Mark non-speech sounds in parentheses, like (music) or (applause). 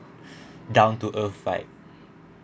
(breath) down to earth vibe